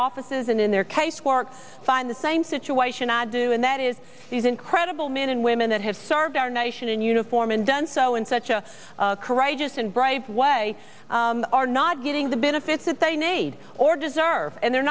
offices and in their case work find the same situation i do and that is these incredible men and women that have served our nation in uniform and done so in such a courageous and brave way are not getting the benefits that they need or deserve and they're